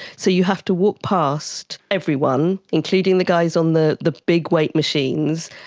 so you have to walk past everyone, including the guys on the the big weight machines,